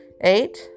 Eight